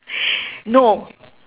no